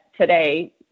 today